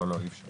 לא, אי אפשר.